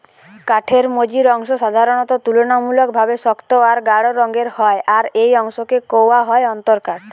কাঠের মঝির অংশ সাধারণত তুলনামূলকভাবে শক্ত আর গাঢ় রঙের হয় আর এই অংশকে কওয়া হয় অন্তরকাঠ